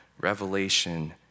revelation